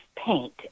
paint